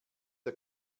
der